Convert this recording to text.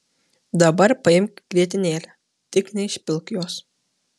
dabar paimk grietinėlę tik neišpilk jos